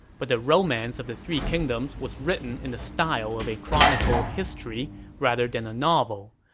but the romance of the three kingdoms was written in the style of a chronicle of history rather than a novel.